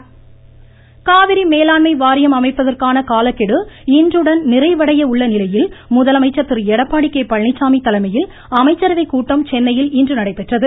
மமமமம அமைச்சரவை கூட்டம் காவிரி மேலாண்மை வாரியம் அமைப்பதற்கான காலக்கெடு இன்றுடன் நிறைவடைய உள்ள நிலையில் முதலமைச்சர் திரு எடப்பாடி கே பழனிச்சாமி தலைமையில் அமைச்சரவை கூட்டம் சென்னையில் இன்று நடைபெற்றது